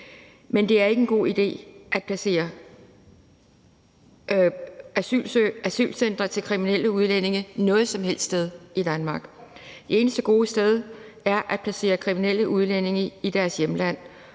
er faktisk ikke en god idé at placere asylcentre til kriminelle udlændinge noget som helst sted i Danmark. Det eneste gode sted at placere kriminelle udlændinge i er i deres hjemland,